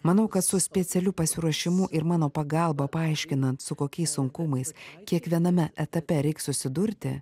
manau kad su specialiu pasiruošimu ir mano pagalba paaiškinant su kokiais sunkumais kiekviename etape reiks susidurti